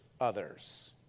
others